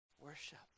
Worship